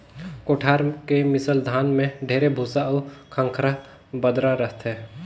कोठार के मिसल धान में ढेरे भूसा अउ खंखरा बदरा रहथे